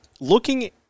looking